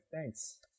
thanks